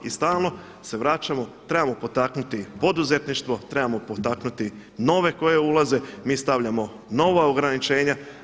I stalno se vraćamo, trebamo potaknuti poduzetništvo, trebamo potaknuti nove koji ulaze, mi stavljamo nova ograničenja.